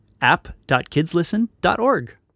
app.kidslisten.org